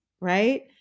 right